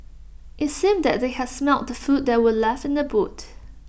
IT seemed that they had smelt the food that were left in the boot